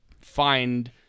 find